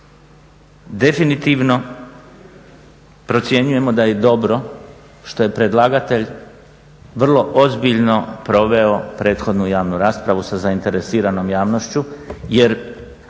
Definitivno procjenjujemo da je dobro što je predlagatelj vrlo ozbiljno proveo prethodnu javnu rasprava sa zainteresiranom javnošću, jer